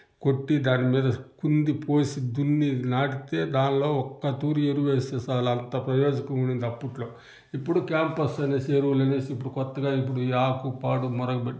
కొట్టి దాని మీద కుంది పోసి దున్ని నాటితే దాన్లో ఒక్కతూరి ఎరువేస్తే చాలు అంత ప్రయోజకం ఉండేది అప్పట్లో ఇప్పుడు క్యాంపస్ అనేసి ఎరువులనేసి ఇప్పుడు కొత్తగా ఇప్పుడు ఈ ఆకు పాడు మురగపెట్టేసి